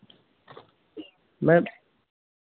ma'am